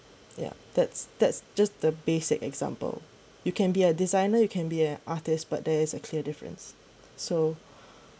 ya that's that's just the basic example you can be a designer you can be an artist but there is a clear difference so